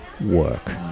work